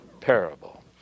parable